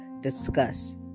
discuss